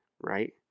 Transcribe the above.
right